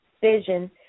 vision